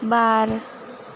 बार